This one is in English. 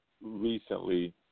recently